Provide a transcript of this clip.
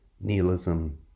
nihilism